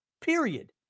period